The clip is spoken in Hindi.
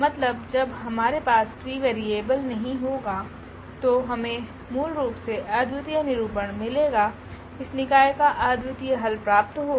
मतलब जब हमारे पास फ्री वेरिएबल नहीं होगा तो हमें मूल रूप से अद्वतीय निरूपण मिलेगा इस निकाय का अद्वतीय हल प्राप्त होगा